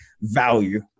value